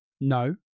No